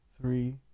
three